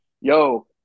yo